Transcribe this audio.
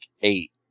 eight